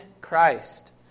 Christ